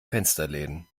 fensterläden